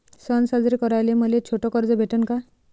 सन साजरे कराले मले छोट कर्ज भेटन का?